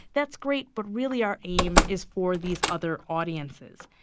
that's great, but really our aim is for these other audiences.